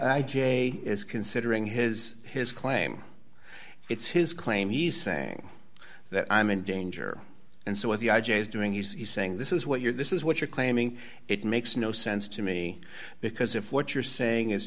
i j is considering his his claim it's his claim he's saying that i'm in danger and so is the i j is doing he's saying this is what you're this is what you're claiming it makes no sense to me because if what you're saying is